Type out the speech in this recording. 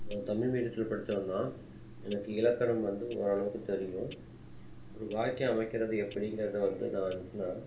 நான் தமிழ் மீடியத்தில் படித்தவன் தான் எனக்கு இலக்கணம் வந்து ஓரளவுக்கு தெரியும் ஒரு வாக்கியம் அமைக்கிறது எப்படிங்கிறத வந்து நான் வந்து நான்